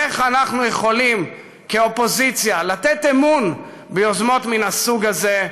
איך אנחנו יכולים כאופוזיציה לתת אמון ביוזמות מן הסוג הזה,